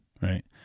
right